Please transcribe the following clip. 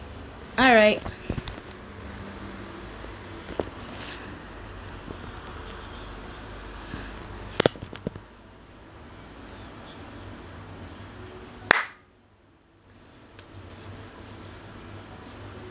alright